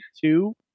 two